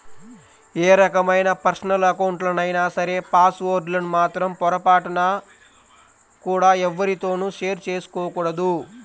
ఏ రకమైన పర్సనల్ అకౌంట్లైనా సరే పాస్ వర్డ్ లను మాత్రం పొరపాటున కూడా ఎవ్వరితోనూ షేర్ చేసుకోకూడదు